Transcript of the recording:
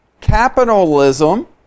capitalism